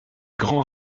grand